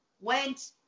went